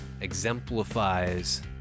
exemplifies